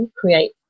create